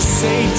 say